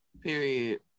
Period